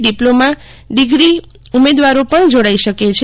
diploma degree ઉમેદવારો પણ જોડાઈ શકે છે